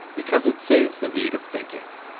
because it saves the need of thinking.